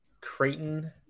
Creighton